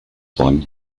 one